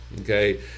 Okay